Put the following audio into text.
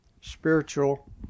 spiritual